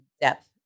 depth